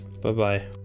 Bye-bye